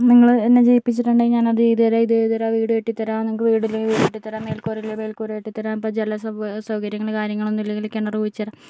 നിങ്ങൾ എന്നെ ജയിപ്പിച്ചിട്ടുണ്ടെങ്കിൽ ഞാൻ അത് ചെയ്തുതരാം ഇത് ചെയ്തുതരാം വീടുകെട്ടിത്തരാം നിങ്ങൾക്ക് വീടില്ലെങ്കിൽ വീട് കെട്ടിത്തരാം മേൽക്കൂര ഇല്ലെങ്കിൽ മേൽക്കൂര കെട്ടിത്തരാം ഇപ്പോൾ ജല സൗകര്യങ്ങള് കാര്യങ്ങളൊന്നും ഇല്ലെങ്കിൽ കിണർ കുഴിച്ച് തരാം